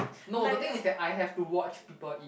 no the thing is that I have to watch people eat